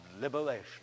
liberation